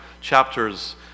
chapters